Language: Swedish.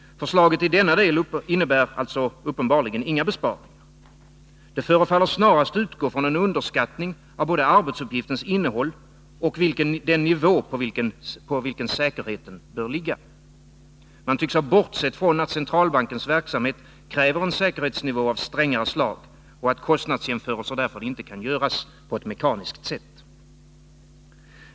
Förslaget i denna del innebär alltså uppenbarligen inga besparingar. Det förefaller snarast utgå från en underskattning av både arbetsuppgiftens innehåll och den nivå på vilken säkerheten bör ligga. Man tycks ha bortsett från att centralbankens verksamhet kräver en säkerhet av strängare slag och att kostnadsjämförelser därför inte kan göras på ett mekaniskt sätt.